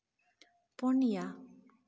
ᱯᱩᱱᱭᱟ